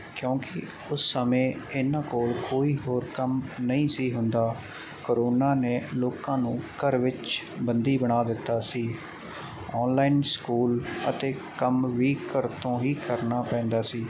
ਕਿਉਂਕਿ ਉਸ ਸਮੇਂ ਇਹਨਾਂ ਕੋਲ ਕੋਈ ਹੋਰ ਕੰਮ ਨਹੀਂ ਸੀ ਹੁੰਦਾ ਕਰੋਨਾ ਨੇ ਲੋਕਾਂ ਨੂੰ ਘਰ ਵਿੱਚ ਬੰਦੀ ਬਣਾ ਦਿੱਤਾ ਸੀ ਔਨਲਾਈਨ ਸਕੂਲ ਅਤੇ ਕੰਮ ਵੀ ਘਰ ਤੋਂ ਹੀ ਕਰਨਾ ਪੈਂਦਾ ਸੀ